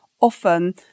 often